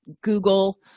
Google